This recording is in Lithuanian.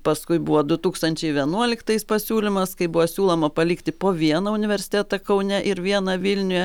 paskui buvo du tūkstančiai vienuoliktais pasiūlymas kai buvo siūloma palikti po vieną universitetą kaune ir vieną vilniuje